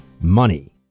money